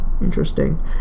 Interesting